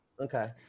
Okay